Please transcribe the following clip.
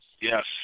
Yes